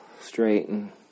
straighten